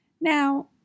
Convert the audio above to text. Now